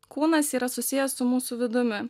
kūnas yra susijęs su mūsų vidumi